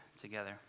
together